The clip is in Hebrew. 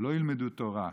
שלא ילמדו תורה,